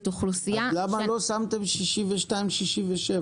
אז למה לא קבעתם 62 ו-67?